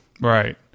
right